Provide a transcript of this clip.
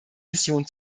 vision